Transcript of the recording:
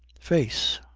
face.